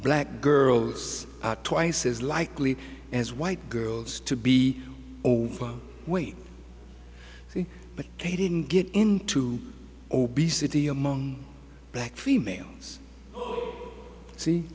black girls are twice as likely as white girls to be over weight but they didn't get into obesity among black females see